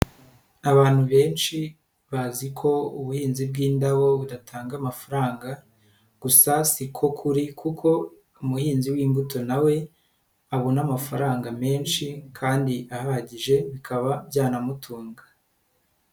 Abantu benshi bazi ko ubuhinzi bw'indabo budatanga amafaranga, gusa siko kuri kuko umuhinzi w'imbuto na we, abona amafaranga menshi kandi ahagije, bikaba byanamutunga.